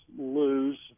lose